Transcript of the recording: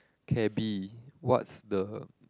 cabby what's the